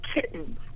kittens